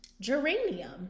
geranium